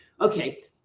okay